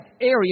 area